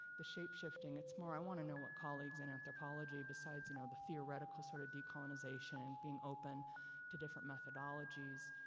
the shapeshifting, it's more, i wanna know what colleagues in anthropology besides, you know, the theoretical sort of decolonization, being open to different methodologies,